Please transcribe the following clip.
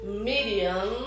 medium